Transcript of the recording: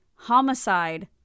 Homicide